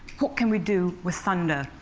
what can we do with thunder?